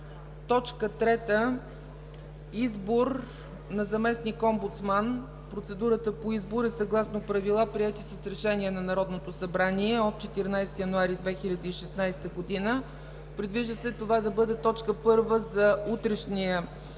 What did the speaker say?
3. Избор на заместник-омбудсман. Процедурата по избор е съгласно правила, приети с Решение на Народното събрание от 14 януари 2016 г. Предвижда се това да бъде точка първа за утре, четвъртък,